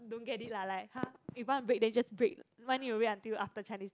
don't get it lah like !huh! if want to break then just break why need to wait until after Chinese New